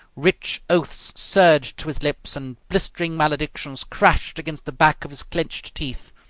rich oaths surged to his lips, and blistering maledictions crashed against the back of his clenched teeth.